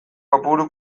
kopuru